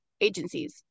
agencies